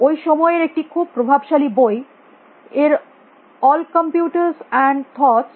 ওই সময়ের একটি খুব প্রভাবশালী বই এর অল কমপিউটারস এন্ড থটস